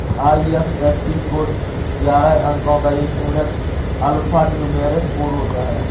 IFSC code ग्यारह अंको का एक यूनिक अल्फान्यूमैरिक कोड होता है